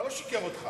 מה לא שיקר לך?